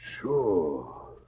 Sure